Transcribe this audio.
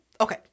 Okay